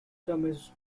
terminus